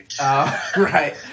right